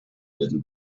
little